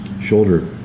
shoulder